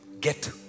get